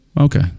Okay